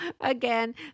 again